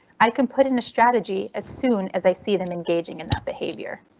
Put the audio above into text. i can put in a strategy as soon as i see them engaging in that behavior.